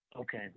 Okay